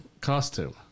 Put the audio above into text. costume